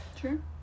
true